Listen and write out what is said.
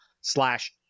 Slash